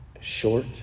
short